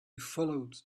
followed